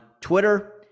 Twitter